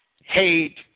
hate